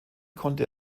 konnte